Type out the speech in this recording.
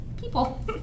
people